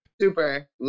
Super